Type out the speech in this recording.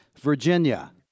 Virginia